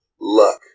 luck